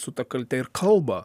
su ta kalte ir kalba